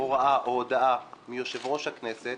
הוראה או הודעה מיושב-ראש הכנסת